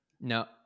No